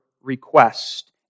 request